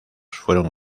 fueron